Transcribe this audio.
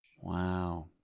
Wow